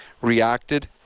reacted